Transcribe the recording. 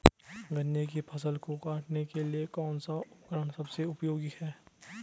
गन्ने की फसल को काटने के लिए कौन सा उपकरण सबसे उपयोगी है?